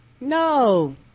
No